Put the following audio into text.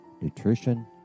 nutrition